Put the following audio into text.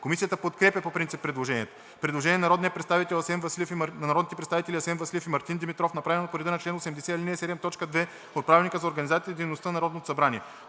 Комисията подкрепя по принцип предложението. Предложение на народните представители Асен Василев и Мартин Димитров, направено по реда на чл. 80, ал. 7, т. 2 от Правилника за организацията и дейността на Народното събрание.